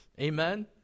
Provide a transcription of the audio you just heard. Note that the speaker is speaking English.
Amen